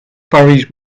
paris